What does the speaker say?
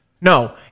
No